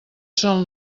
són